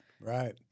Right